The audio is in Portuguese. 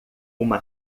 uma